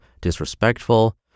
disrespectful